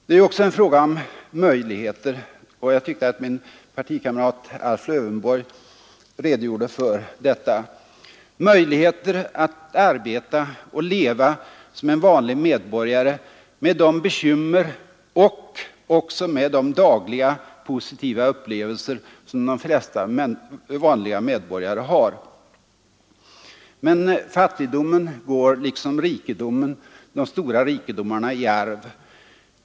Det är ju också en fråga om möjligheter — och jag tyckte att min partikamrat Alf Lövenborg redogjorde på ett utmärkt sätt för detta — att arbeta och leva som en vanlig medborgare med de bekymmer och också med de dagliga positiva upplevelser som de flesta vanliga medborgare har. Men fattigdomen går liksom de stora rikedomarna i arv.